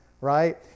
right